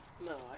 No